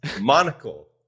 monocle